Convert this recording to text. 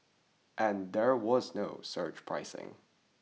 and there was no surge pricing